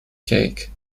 cake